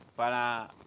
para